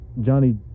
Johnny